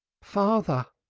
father,